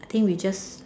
I think we just